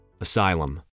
Asylum